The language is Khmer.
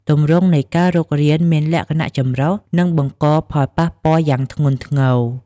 ទម្រង់នៃការរុករានមានលក្ខណៈចម្រុះ និងបង្កផលប៉ះពាល់យ៉ាងធ្ងន់ធ្ងរ។